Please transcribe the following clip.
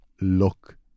look